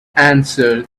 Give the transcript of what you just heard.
answered